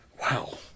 Wow